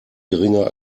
geringer